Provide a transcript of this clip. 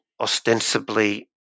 ostensibly